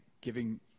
giving –